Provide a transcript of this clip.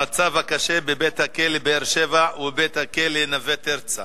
המצב הקשה בבית-הכלא "באר-שבע" ובבית-הכלא "נווה תרצה"